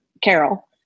Carol